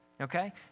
Okay